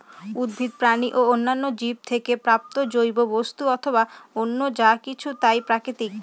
উদ্ভিদ, প্রাণী ও অন্যান্য জীব থেকে প্রাপ্ত জৈব বস্তু অথবা অন্য যা কিছু তাই প্রাকৃতিক